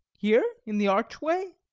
here in the archway?